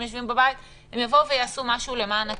יושבים בבית הם יעשו משהו למען הקהילה.